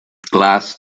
glass